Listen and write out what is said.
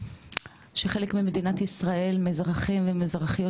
שחלק ממדינת ישראל הם אזרחים ואזרחיות